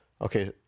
Okay